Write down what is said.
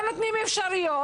לא נותנים אפשרויות,